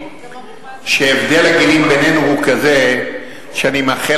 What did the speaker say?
מזל שהבדל הגילים בינינו הוא כזה שאני מאחל